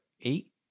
eight